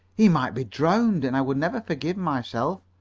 he might be drowned, and i would never forgive myself.